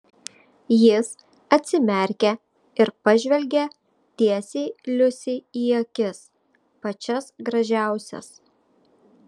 jis atsimerkė ir pažvelgė tiesiai liusei į akis pačias gražiausias